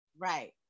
right